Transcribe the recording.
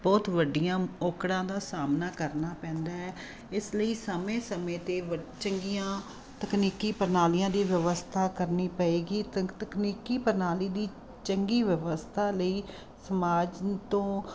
ਬਹੁਤ ਵੱਡੀਆਂ ਔਕੜਾਂ ਦਾ ਸਾਹਮਣਾ ਕਰਨਾ ਪੈਂਦਾ ਹੈ ਇਸ ਲਈ ਸਮੇਂ ਸਮੇਂ 'ਤੇ ਵ ਚੰਗੀਆਂ ਤਕਨੀਕੀ ਪ੍ਰਣਾਲੀਆਂ ਦੀ ਵਿਵਸਥਾ ਕਰਨੀ ਪਏਗੀ ਤਕ ਤਕਨੀਕੀ ਪ੍ਰਣਾਲੀ ਦੀ ਚੰਗੀ ਵਿਵਸਥਾ ਲਈ ਸਮਾਜ ਤੋਂ